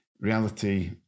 Reality